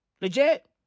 Legit